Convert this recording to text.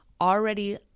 already